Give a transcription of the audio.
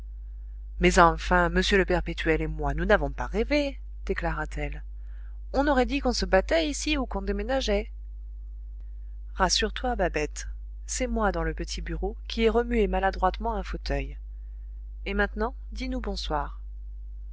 mais enfin m le perpétuel et moi nous n'avons pas rêvé déclara t elle on aurait dit qu'on se battait ici ou qu'on déménageait rassure-toi babette c'est moi dans le petit bureau qui ai remué maladroitement un fauteuil et maintenant dis-nous bonsoir